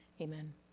Amen